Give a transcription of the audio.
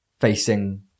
facing